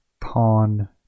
Pawn